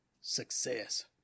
Success